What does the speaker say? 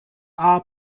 are